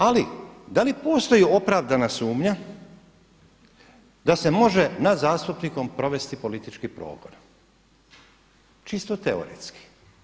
Ali da li postoji opravdana sumnja da se može nad zastupnikom provesti politički progon, čisto teoretski?